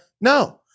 No